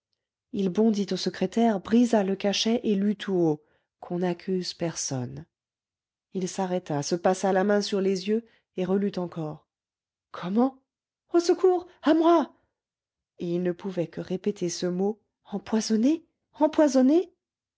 il bondit au secrétaire brisa le cachet et lut tout haut qu'on n'accuse personne il s'arrêta se passa la main sur les yeux et relut encore comment au secours à moi et il ne pouvait que répéter ce mot empoisonnée